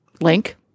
link